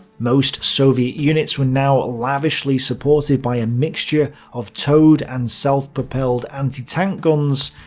most soviet units were now lavishly supported by a mixture of towed and self-propelled antitank guns,